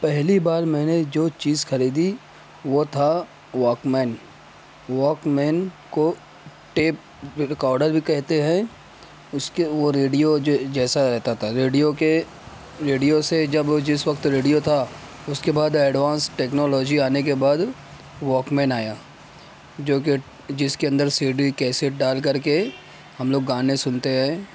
پہلی بار میں نے جو چیز خریدی وہ تھا واک مین واک مین کو ٹیپ ریکارڈر بھی کہتے ہیں اس کے وہ ریڈیو جو جیسا رہتا تھا ریڈیو کے ریڈیو سے جب جس وقت ریڈیو تھا اس کے بعد ایڈوانس ٹیکنالوجی آنے کے بعد واک مین آیا جو کہ جس کے اندر سی ڈی کیسیٹ ڈال کر کے ہم لوگ گانے سنتے ہیں